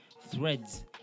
Threads